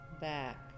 back